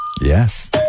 yes